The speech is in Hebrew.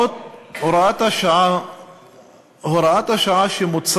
הוראת השעה המוצעת